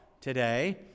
today